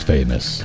Famous